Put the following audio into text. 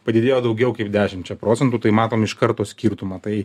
padidėjo daugiau kaip dešimčia procentų tai matom iš karto skirtumą tai